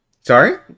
Sorry